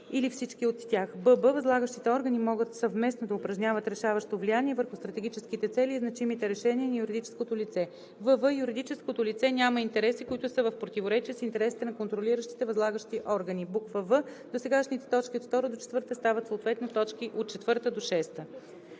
възлагащите органи могат съвместно да упражняват решаващо влияние върху стратегическите цели и значимите решения на юридическото лице; вв) юридическото лице няма интереси, които са в противоречие с интересите на контролиращите възлагащи органи. в) досегашните т. 2 – 4 стават съответно т. 4 – 6.“